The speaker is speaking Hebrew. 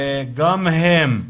שגם הם,